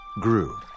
grew